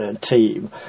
team